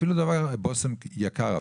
אפילו בושם יקר,